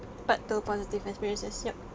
part two positive experiences ya